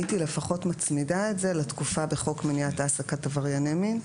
הייתי לפחות מצמידה את זה לתקופה בחוק מניעת העסקת עברייני מין,